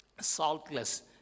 saltless